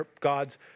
God's